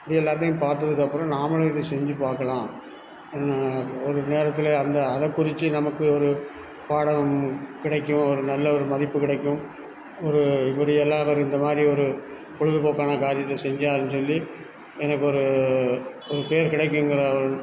இப்படி எல்லாத்தையும் பாத்ததுக்கப்புறம் நம்மளும் இதை செஞ்சுப் பார்க்கலாம் ஒரு நேரத்தில் அந்த அதை குறித்து நமக்கு ஒரு பாடம் கிடைக்கும் ஒரு நல்ல ஒரு மதிப்பு கிடைக்கும் ஒரு இப்படியெல்லாம் இந்தமாதிரி ஒரு பொழுதுபோக்கான காரியத்தை செஞ்சாகணும்னு சொல்லி எனக்கு ஒரு ஒரு பேர் கிடைக்கும்ங்கிற